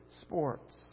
sports